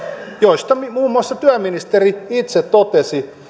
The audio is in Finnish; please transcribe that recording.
joista muun muassa työministeri itse totesi